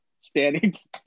standings